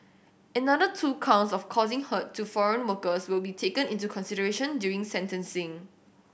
another two counts of causing hurt to foreign workers will be taken into consideration during sentencing